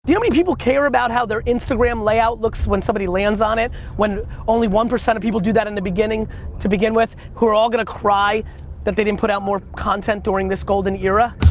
many people care about how their instagram layout looks when somebody lands on it when only one percent of people do that in the beginning to begin with who are all gonna cry that they didn't put out more content during this golden era? ah.